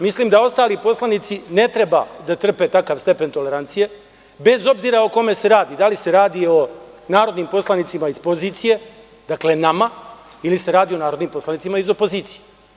Mislim da ostali poslanici ne treba da trpe takav stepen tolerancije, bez obzira o kome se radi, da li se radi o narodnim poslanicima iz pozicije, dakle nama, ili se radi o narodnim poslanicima iz opozicije.